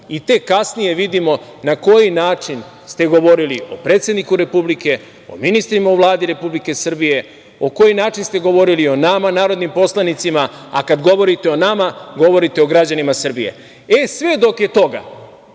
i tek kasnije vidimo na koji način ste govorili o predsedniku Republike, o ministrima u Vladi Republike Srbije, na koji način ste govorili o nama narodnim poslanicima, a kada govorite o nama, govorite o građanima Srbije. Sve dok je toga,